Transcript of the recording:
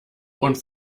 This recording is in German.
und